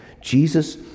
Jesus